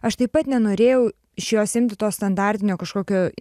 aš taip pat nenorėjau iš jos imti to standartinio kažkokio